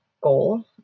goal